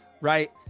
right